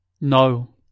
No